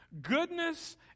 goodness